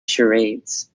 charades